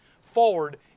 forward